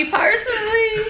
personally